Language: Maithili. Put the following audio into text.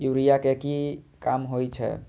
यूरिया के की काम होई छै?